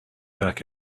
back